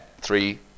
Three